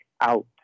out